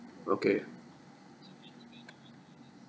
okay